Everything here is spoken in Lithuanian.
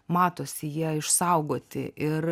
matosi jie išsaugoti ir